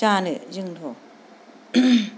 जानो जोंथ'